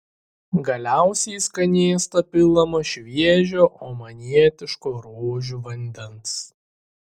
galiausiai į skanėstą pilama šviežio omanietiško rožių vandens